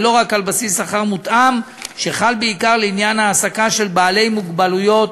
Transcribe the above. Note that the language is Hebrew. ולא רק על בסיס שכר מותאם שחל בעיקר לעניין העסקה של בעלי מוגבלויות